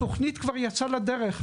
התוכנית כבר יצאה לדרך.